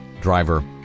driver